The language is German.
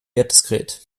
wertdiskret